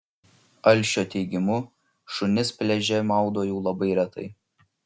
alšio teigimu šunis pliaže maudo jau labai retai